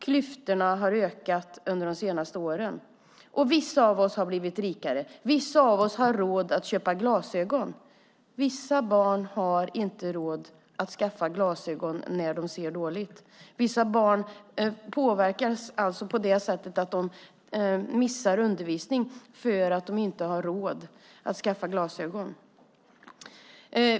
Klyftorna har ökat under de senaste åren, och vissa av oss har blivit rikare. Vissa av oss har råd att köpa glasögon. Vissa barn har inte råd att skaffa glasögon när de ser dåligt. Vissa barn påverkas alltså på det sättet att de missar undervisning för att de inte har råd att skaffa glasögon.